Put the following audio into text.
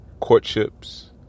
courtships